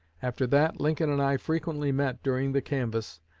after that, lincoln and i frequently met during the canvass,